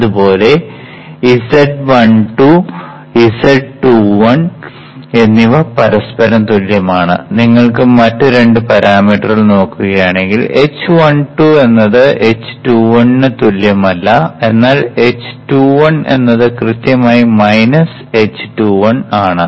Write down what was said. അതുപോലെ z12 z21 എന്നിവ പരസ്പരം തുല്യമാണ് നിങ്ങൾ മറ്റ് രണ്ട് പാരാമീറ്ററുകൾ നോക്കുകയാണെങ്കിൽ h12 എന്നത് h21 ന് തുല്യമല്ല എന്നാൽ h21 എന്നത് കൃത്യമായി h21 ആണ്